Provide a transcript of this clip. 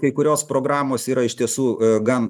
kai kurios programos yra iš tiesų gan